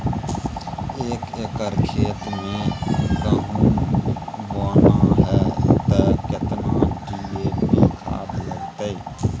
एक एकर खेत मे गहुम बोना है त केतना डी.ए.पी खाद लगतै?